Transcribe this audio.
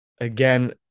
again